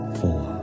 four